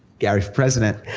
gary for president.